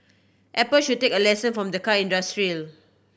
apple should take a lesson from the car industry